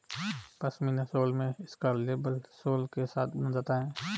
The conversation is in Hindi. पश्मीना शॉल में इसका लेबल सोल के साथ बुना जाता है